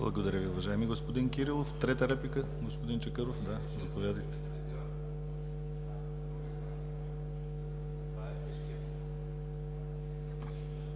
Благодаря Ви, уважаеми господин Кирилов. Трета реплика – господин Чакъров. Заповядайте.